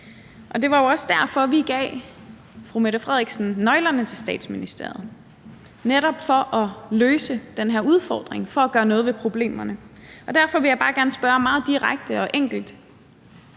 Og det var jo også derfor, vi gav fru Mette Frederiksen nøglerne til Statsministeriet, altså netop for at løse den her udfordring, for at gøre noget ved problemerne. Derfor vil jeg bare gerne spørge meget direkte og enkelt